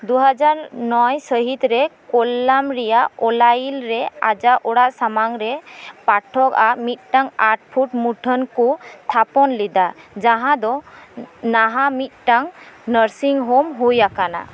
ᱫᱩ ᱦᱟᱡᱟᱨ ᱱᱚᱭ ᱥᱟᱹᱦᱤᱛ ᱨᱮ ᱠᱳᱞᱞᱟᱢ ᱨᱮᱭᱟᱜ ᱳᱞᱟᱭᱤᱞᱨᱮ ᱟᱭᱟᱜ ᱚᱲᱟᱜ ᱥᱟᱢᱟᱝ ᱨᱮ ᱯᱟᱴᱷᱚᱠᱼᱟᱜ ᱢᱤᱫᱴᱟᱝ ᱟᱴ ᱯᱷᱩᱴ ᱢᱩᱴᱷᱟᱹᱱ ᱠᱚ ᱛᱷᱟᱯᱚᱱ ᱞᱮᱫᱟ ᱡᱟᱦᱟᱸ ᱫᱚ ᱱᱟᱦᱟᱜ ᱢᱤᱫᱴᱟᱝ ᱱᱟᱨᱥᱤᱝ ᱦᱳᱢ ᱦᱩᱭ ᱟᱠᱟᱱᱟ